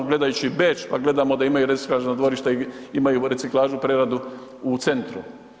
Gledajući Beč pa gledamo da imaju reciklažno dvorište, imaju reciklažu, preradu u centru.